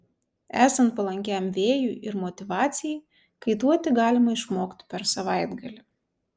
esant palankiam vėjui ir motyvacijai kaituoti galima išmokti per savaitgalį